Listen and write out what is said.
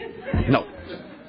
No